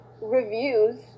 reviews